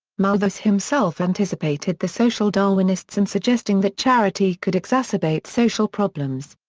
malthus himself anticipated the social darwinists in suggesting that charity could exacerbate social problems.